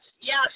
yes